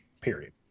Period